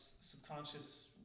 subconscious